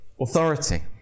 authority